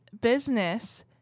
business